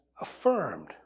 affirmed